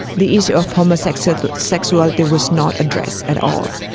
the issue of homosexuality homosexuality was not addressed at all.